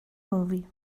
movie